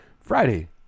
Friday